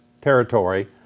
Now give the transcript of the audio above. territory